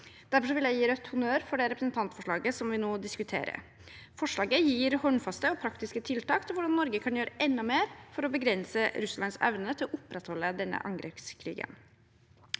Derfor vil jeg gi Rødt honnør for det representantforslaget som vi nå diskuterer. Forslaget gir håndfaste og praktiske tiltak til hvordan Norge kan gjøre enda mer for å begrense Russlands evne til å opprettholde denne angrepskrigen.